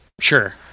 Sure